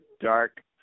dark